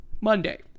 Monday